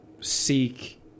seek